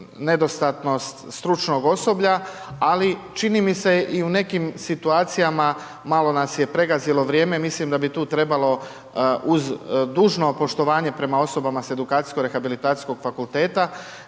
nedostatnost stručnog osoblja, ali čini mi se i u nekim situacijama malo nas je pregazilo vrijeme, mislim da bi tu trebalo uz dužno poštovanje prema osobama s edukacijsko rehabilitacijskog fakulteta